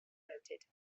noted